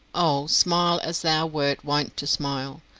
oh, smile as thou wert wont to smile,